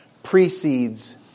precedes